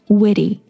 witty